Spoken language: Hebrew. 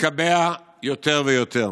התקבע יותר ויותר.